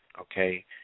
Okay